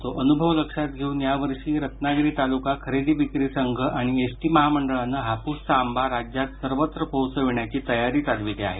तो अनुभव लक्षात घेऊन यावर्षी रत्नागिरी तालुका खरेदी विक्री संघ आणि एसटी महामंडळानं हापूसचा आंबा राज्यात सर्वत्र पोहोचविण्याची तयारी चालविली आहे